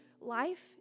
life